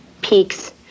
peaks